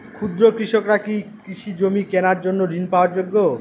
ক্ষুদ্র কৃষকরা কি কৃষি জমি কেনার জন্য ঋণ পাওয়ার যোগ্য?